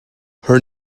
her